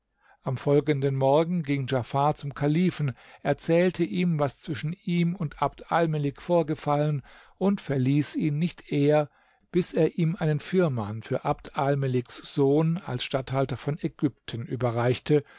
am folgenden morgen ging djafar zum kalifen erzählte ihm was zwischen ihm und abd almelik vorgefallen und verließ ihn nicht eher bis er ihm einen firman für abd almeliks sohn als statthalter von ägypten überreichte